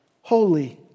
holy